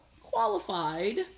qualified